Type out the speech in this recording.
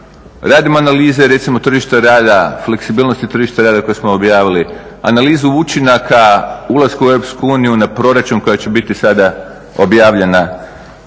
Radimo analize recimo tržišta rada, fleksibilnosti tržišta rada koje smo objavili, analizu učinaka ulaska u EU na proračun koja će biti sada objavljena,